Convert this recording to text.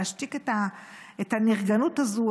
להשתיק את הנרגנות הזאת,